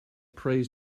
prays